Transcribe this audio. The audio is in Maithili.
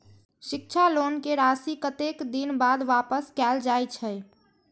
शिक्षा लोन के राशी कतेक दिन बाद वापस कायल जाय छै?